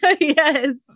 yes